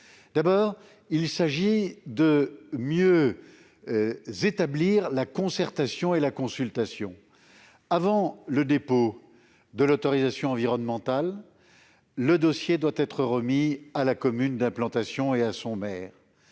L'objectif est de mieux établir la concertation et la consultation. Premièrement, avant le dépôt de l'autorisation environnementale, le dossier doit être remis à la commune d'implantation et à son maire.